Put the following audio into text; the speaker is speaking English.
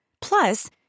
Plus